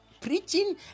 preaching